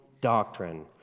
doctrine